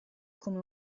come